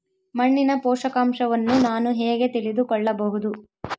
ಮಣ್ಣಿನ ಪೋಷಕಾಂಶವನ್ನು ನಾನು ಹೇಗೆ ತಿಳಿದುಕೊಳ್ಳಬಹುದು?